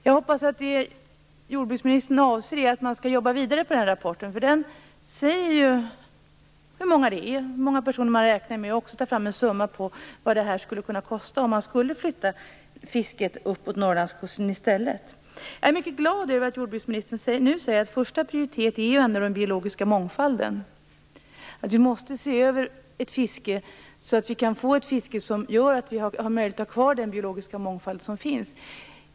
Jag hoppas att jordbruksministerns avsikt är att man skall jobba vidare med denna rapport. I den sägs det ju hur många personer man räknar med. Man kan också ta fram en uppgift om hur mycket detta skulle kunna kosta om man flyttade fisket uppåt Norrlandskusten i stället. Jag är mycket glad över att jordbruksministern nu säger att första prioritet är den biologiska mångfalden. Vi måste se över fisket på ett sådant sätt att vi kan få ett fiske som innebär att vi har kvar den biologiska mångfald som finns.